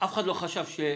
אף אחד לא חשב שנער